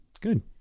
Good